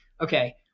okay